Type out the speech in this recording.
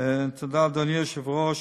תודה, אדוני היושב-ראש.